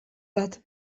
bat